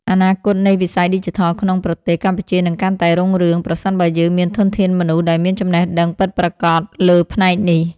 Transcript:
អនាគតនៃវិស័យឌីជីថលក្នុងប្រទេសកម្ពុជានឹងកាន់តែរុងរឿង ប្រសិនបើយើងមានធនធានមនុស្សដែលមានចំណេះដឹងពិតប្រាកដលើផ្នែកនេះ។